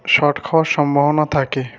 শক খাওয়ার সম্ভাবনা থাকে